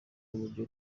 uburyo